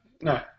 no